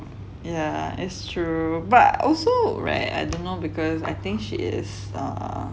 yeah it's true but also rare I don't know because I think she is err